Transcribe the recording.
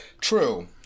True